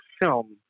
film